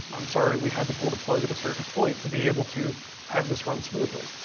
i'm sorry, we had to pull the plug at a certain point to be able to have this run smoothly,